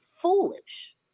foolish